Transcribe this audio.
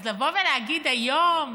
אז לבוא ולהגיד היום: